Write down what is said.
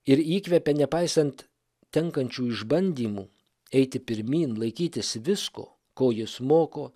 ir įkvepia nepaisant tenkančių išbandymų eiti pirmyn laikytis visko ko jis moko